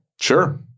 sure